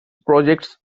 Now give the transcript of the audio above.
projects